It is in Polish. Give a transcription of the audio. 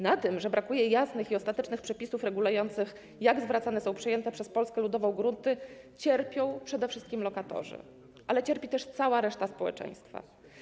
Na tym, że brakuje jasnych i ostatecznych przepisów regulujących to, jak zwracane są przejęte przez Polskę Ludową grunty, cierpią przede wszystkim lokatorzy, ale cierpi też cała reszta społeczeństwa.